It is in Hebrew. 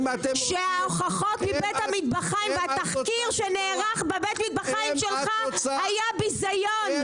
שההוכחות מבית המטבחיים והתחקיר שנערך בבית מטבחיים שלך היה ביזיון,